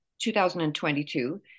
2022